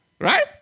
Right